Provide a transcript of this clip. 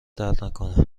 دردنکنه